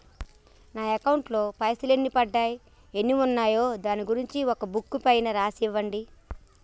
నా అకౌంట్ లో పైసలు ఎన్ని పడ్డాయి ఎన్ని ఉన్నాయో దాని గురించి ఒక బుక్కు పైన రాసి ఇవ్వండి?